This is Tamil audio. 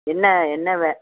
என்ன என்ன வே